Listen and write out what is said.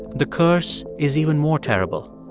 the curse is even more terrible.